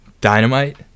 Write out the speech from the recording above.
dynamite